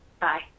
Bye